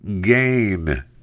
gain